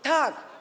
Tak.